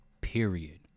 period